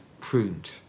pruned